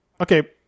okay